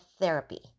therapy